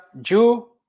Jew